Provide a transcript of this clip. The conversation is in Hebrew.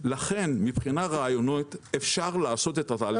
מבחינה רעיונית אפשר לעשות את התהליך ההפוך.